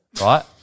right